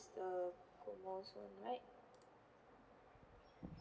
the GOMO's one right